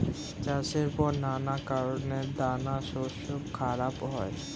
চাষের পর নানা কারণে দানাশস্য খারাপ হয়